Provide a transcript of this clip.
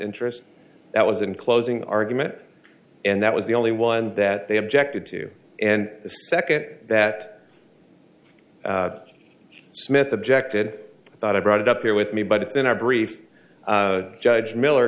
interests that was in closing argument and that was the only one that they objected to and second that smith objected i thought i brought it up here with me but it's in our brief judge miller